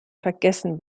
vergessen